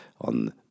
on